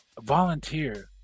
volunteer